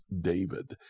David